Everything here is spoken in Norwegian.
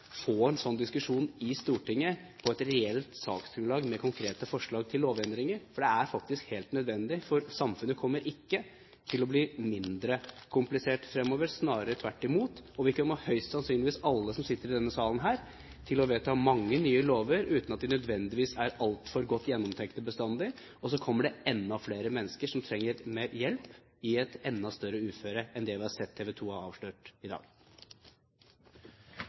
få en slik diskusjon i Stortinget på et reelt saksgrunnlag, med konkrete forslag til lovendringer. Det er faktisk helt nødvendig, for samfunnet kommer ikke til å bli mindre komplisert fremover, snarere tvert imot, og vi kommer høyst sannsynlig til – alle som sitter i denne salen – å vedta mange nye lover uten at de nødvendigvis er altfor godt gjennomtenkt bestandig. Og så kommer enda flere mennesker som trenger hjelp, i et enda større uføre enn det vi har sett TV 2 har avslørt i dag.